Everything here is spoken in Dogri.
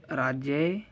राज्जें